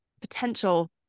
potential